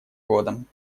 годом